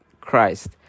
Christ